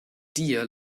dir